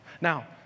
Now